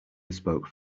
spoke